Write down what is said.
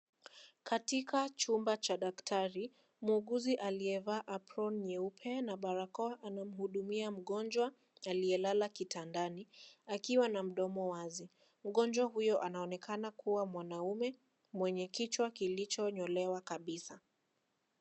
Katika chumba cha daktari, muuguzi aliyevaa aproni nyeupe na barakoa anamhudumia mgonjwa aliyelala kitandani akiwa na mdomo wazi. Mgonjwa huyo anaonekana kuwa mwanaume, mwenye kichwa kilichonyolewa kabisa.